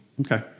Okay